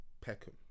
Peckham